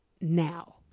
now